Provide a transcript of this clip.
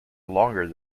longer